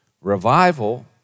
Revival